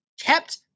kept